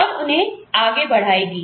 और उन्हें आगे बढ़ाएगी